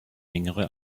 engere